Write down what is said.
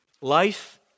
Life